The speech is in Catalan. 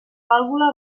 vàlvula